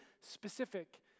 specific